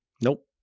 Nope